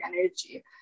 energy